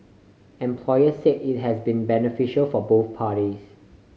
employers said it has been beneficial for both parties